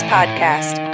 Podcast